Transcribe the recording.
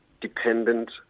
dependent